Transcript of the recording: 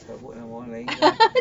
sebut nama orang lain